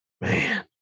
Man